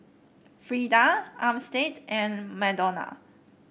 Freeda Armstead and Madonna